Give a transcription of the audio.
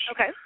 Okay